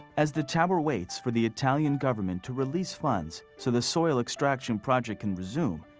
as the tower waits for the italian government to release funds so the soil extraction project can resume,